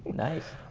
nice.